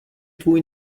tvůj